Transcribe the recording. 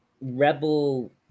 rebel